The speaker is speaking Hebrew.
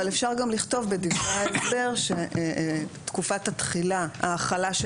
אבל אפשר גם לכתוב בדברי ההסבר שתקופת ההחלה של